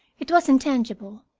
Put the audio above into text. it was intangible,